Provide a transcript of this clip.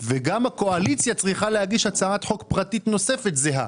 וגם הקואליציה צריכה להגיש הצעת חוק פרטית נוספת זהה?